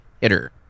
hitter